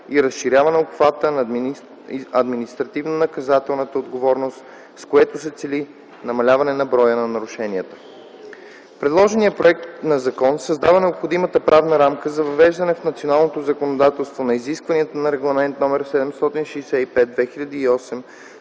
и разширяване обхвата на административно-наказателната отговорност, с което се цели намаляване броя на нарушенията. Предложеният законопроект създава необходимата правна рамка за въвеждане в националното законодателство на изискванията на Регламент № 765/2008